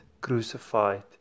crucified